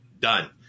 done